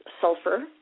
sulfur